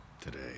Today